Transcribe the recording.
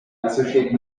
associate